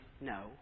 no